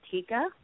Tika